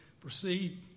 proceed